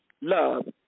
love